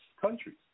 countries